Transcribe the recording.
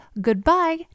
goodbye